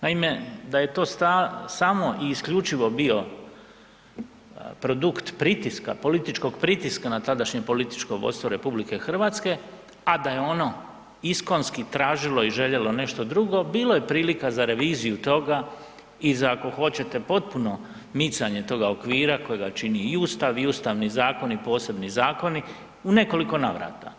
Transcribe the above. Naime, da je samo i isključivo bio produkt pritiska, političkog pritiska na tadašnje političko vodstvo RH, a da je ono iskonski tražilo i željelo nešto drugo, bilo je prilika za reviziju toga i za ako hoćete, potpuno micanje toga okvira kojega čini i Ustav i Ustavni zakon i posebni zakoni, u nekoliko navrata.